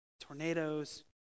tornadoes